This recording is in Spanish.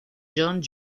john